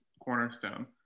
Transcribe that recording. cornerstone